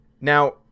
Now